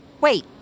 wait